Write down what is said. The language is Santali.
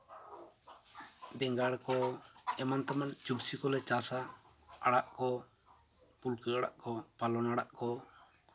ᱵᱮᱸᱜᱟᱲ ᱠᱚ ᱮᱢᱟᱱ ᱛᱮᱢᱟᱱ ᱥᱚᱵᱽᱡᱤ ᱠᱚᱞᱮ ᱪᱟᱥᱟ ᱟᱲᱟᱜ ᱠᱚ ᱯᱩᱞᱠᱟᱹ ᱟᱲᱟᱜ ᱠᱚ ᱯᱟᱞᱚᱝ ᱟᱲᱟᱜ ᱠᱚ